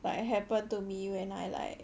like happen to me when I like